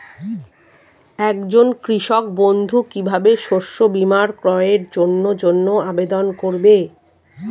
একজন কৃষক বন্ধু কিভাবে শস্য বীমার ক্রয়ের জন্যজন্য আবেদন করবে?